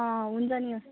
अँ हुन्छ नि यो